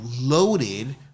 loaded